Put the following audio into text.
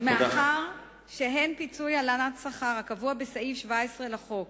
מאחר שהן פיצוי הלנת שכר הקבוע בסעיף 17 לחוק,